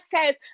says